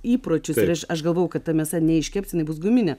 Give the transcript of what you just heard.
ypročius i aš galvojau kad ta mėsa neiškeps jinai bus guminė